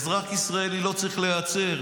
אזרח ישראלי לא צריך להיעצר,